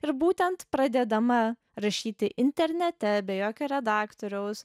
ir būtent pradedama rašyti internete be jokio redaktoriaus